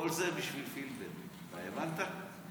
כל זה בשביל פילבר, אתה הבנת?